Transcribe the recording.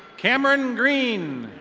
cameron green.